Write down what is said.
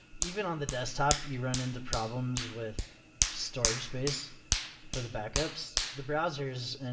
even on the desktop, you run into problems with storage space for the backups. the browsers,